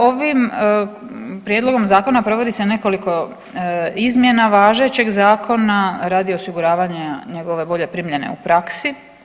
Ovim prijedlogom zakona provodi se nekoliko izmjena važećeg zakona radi osiguravanja njegove bolje primjene u praksi.